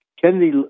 Kennedy